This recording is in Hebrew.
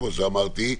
כמו שאמרתי,